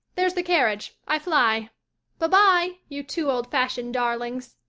there's the carriage. i fly bi-bi, you two old-fashioned darlings.